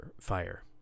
Fire